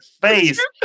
face